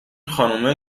خانومه